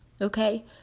Okay